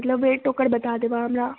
मतलब वेट ओकर बता देब अहाँ हमरा